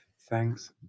Thanks